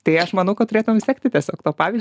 tai aš manau kad turėtum vis sekti tiesiog tuo pavyzdžiu